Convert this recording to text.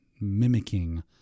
mimicking